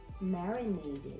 marinated